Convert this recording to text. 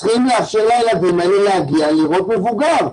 צריכים לאפשר לילדים האלה להגיע לראות מבוגר.